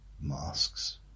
masks